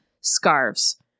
scarves